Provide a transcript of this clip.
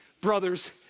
brothers